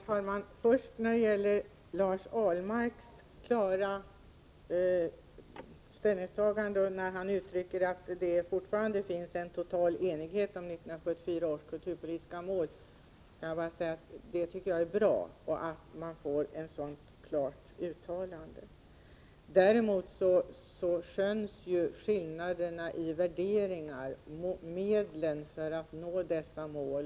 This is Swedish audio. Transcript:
Herr talman! Först vill jag säga när det gäller Lars Ahlmarks klara ställningstagande att det fortfarande finns en total enighet om 1974 års kulturpolitiska mål, att jag tycker det är bra att vi får ett så klart uttalande. Däremot skönjs ju skillnaderna i värderingar när det gäller medlen för att nå dessa mål.